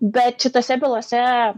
bet šitose bylose